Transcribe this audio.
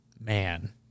man